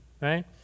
right